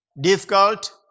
difficult